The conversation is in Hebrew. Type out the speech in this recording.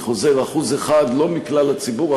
אני חוזר: 1% לא מכלל הציבור,